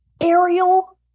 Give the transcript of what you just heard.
Ariel